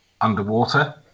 Underwater